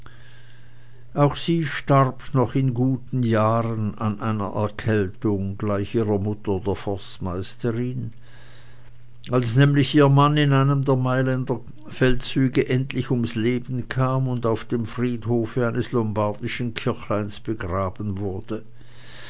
auch sie starb noch in guten jahren an einer erkältung gleich ihrer mutter der forstmeisterin als nämlich ihr mann in einem der mailänder feldzüge endlich ums leben kam und auf dem friedhofe eines lombardischen kirchleins begraben wurde